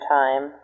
time